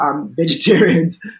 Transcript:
Vegetarians